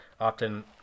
Often